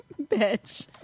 Bitch